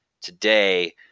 today